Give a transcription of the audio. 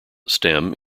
stem